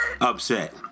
upset